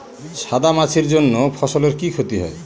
সাদা মাছির জন্য ফসলের কি ক্ষতি হয়?